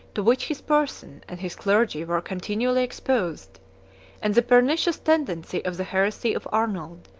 to which his person and his clergy were continually exposed and the pernicious tendency of the heresy of arnold,